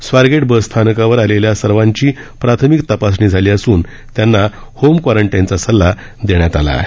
स्वारगेट बसस्थानकावर आलेल्या सर्वाची प्राथमिक तपासणी झाली असून त्यांना होम क्वारंटाईनचा सल्ला देण्यात आला आहे